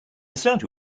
started